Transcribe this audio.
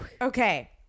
Okay